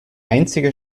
einzige